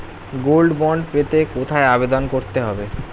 Gold bond পেতে কোথায় আবেদন করতে হবে?